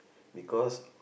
because